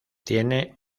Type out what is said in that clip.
tiene